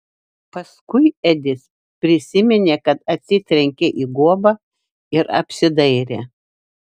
paskui edis prisiminė kad atsitrenkė į guobą ir apsidairė